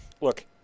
look